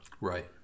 Right